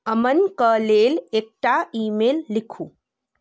अमनक लेल एकटा email लिखू